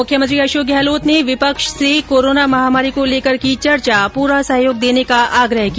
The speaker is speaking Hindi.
मुख्यमंत्री अशोक गहलोत ने विपक्ष से कोरोना महामारी को लेकर की चर्चा पूरा सहयोग देने का आग्रह किया